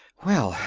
well!